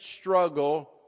struggle